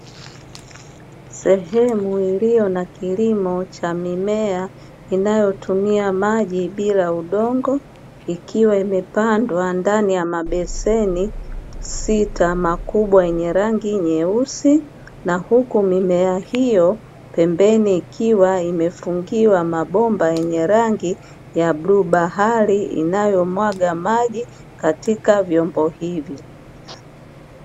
Sehemu iliyo na kilimo cha mimea inayotumia maji bila udongo, ikiwa imepandwa ndani ya mabeseni sita makubwa yenye rangi nyeusi na huku mimea hiyo pembeni ikiwa imefungiwa mabomba yenye rangi ya bluu bahari, inayomwaga maji katika vyombo hivyo.